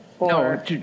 No